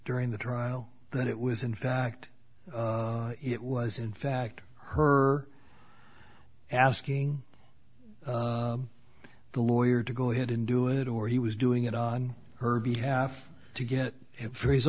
during the trial that it was in fact it was in fact her asking the lawyer to go ahead and do it or he was doing it on her behalf to get it for his